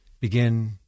begin